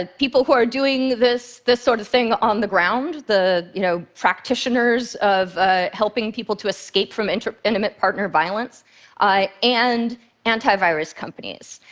ah people who are doing this this sort of thing on the ground the you know practitioners of helping people to escape from intimate intimate partner violence and antivirus companies.